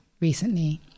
recently